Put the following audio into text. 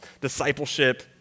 discipleship